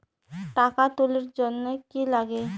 টাকা তুলির জন্যে কি লাগে?